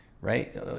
right